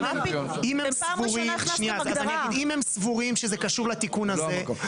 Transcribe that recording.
אם הם סבורים שזה קשור לתיקון הזה,